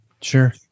Sure